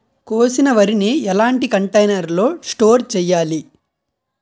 కోసిన వరిని ఎలాంటి కంటైనర్ లో స్టోర్ చెయ్యాలి?